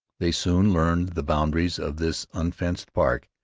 they soon learned the boundaries of this unfenced park,